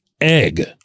egg